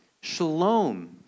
shalom